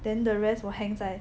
then the rest 我 hang 在